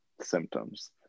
symptoms